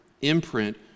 imprint